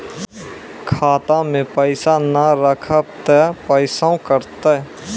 खाता मे पैसा ने रखब ते पैसों कटते?